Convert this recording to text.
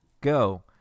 Go